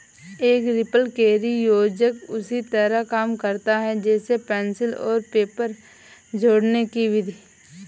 एक रिपलकैरी योजक उसी तरह काम करता है जैसे पेंसिल और पेपर जोड़ने कि विधि